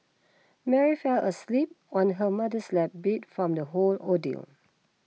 Mary fell asleep on her mother's lap beat from the whole ordeal